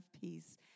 peace